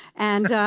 and